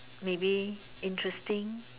maybe interesting